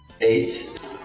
Eight